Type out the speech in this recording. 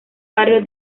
barrio